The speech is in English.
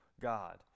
God